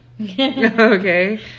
okay